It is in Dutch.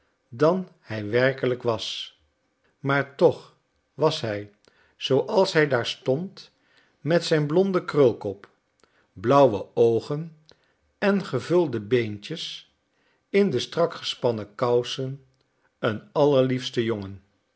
dan hij werkelijk was maar toch was hij zooals hij daar stond met zijn blonden krulkop blauwe oogen en gevulde beentjes in de strak gespannen kousen een allerliefste jongen